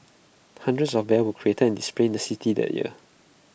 hundreds of bears were created and displayed in the city that year